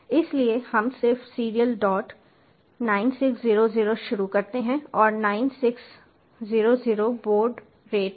इसलिए हम सिर्फ सीरियल डॉट 9600 शुरू करते हैं और 9600 बॉड रेट है